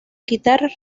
quitar